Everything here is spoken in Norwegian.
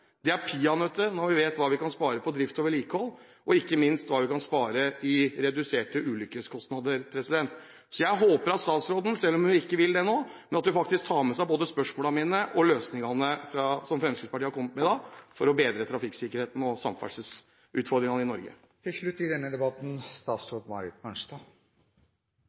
peanøtter når vi vet hva vi kan spare på drift og vedlikehold, og ikke minst hva vi kan spare i reduserte ulykkeskostnader. Jeg håper at statsråden, selv om hun ikke vil det nå, tar med seg både spørsmålene mine og løsningene som Fremskrittspartiet har kommet med i dag for å bedre trafikksikkerheten og samferdselsutfordringene i Norge. Dette ble kanskje litt mange debatter i